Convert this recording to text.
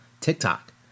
TikTok